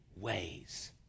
ways